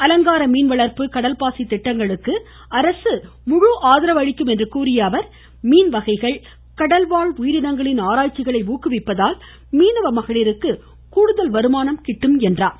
அலங்கார மீன் வளர்ப்பு கடல்பாசி திட்டங்களுக்கும் அரசு முழு ஆதரவு அளிக்கும் என்று கூறிய அவர் மீன்வகைகள் மற்றும் கடல்வாழ் உயிரினங்களின் ஆராய்ச்சிகளை ஊக்குவிப்பதால் மீனவ மகளிருக்கு கூடுதல் வருமானம் கிட்டும் என்றார்